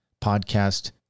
podcast